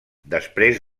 després